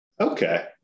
Okay